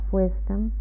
wisdom